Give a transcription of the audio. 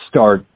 start